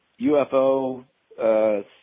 UFO